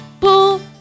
pull